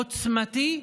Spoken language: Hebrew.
עוצמתי,